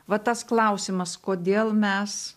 vat tas klausimas kodėl mes